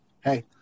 hey